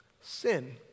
Sin